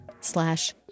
slash